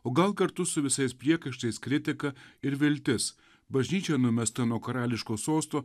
o gal kartu su visais priekaištais kritika ir viltis bažnyčia numesta nuo karališko sosto